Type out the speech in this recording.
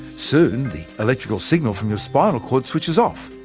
soon the electrical signal from your spinal cord switches off,